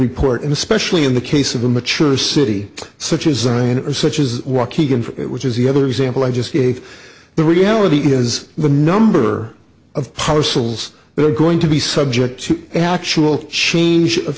report and especially in the case of a mature city such as zion or such is waukegan for it which is the other example i just gave the reality is the number of parcels they're going to be subject to actual change of